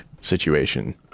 situation